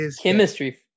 chemistry